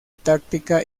táctica